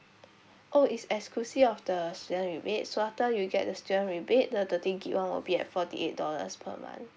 oh it's exclusive of the student rebate so after you get the student rebate the the thirty gig [one] will be at forty eight dollars per month